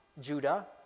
Judah